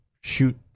shoot